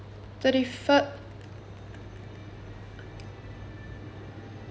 thirty fir~